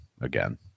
again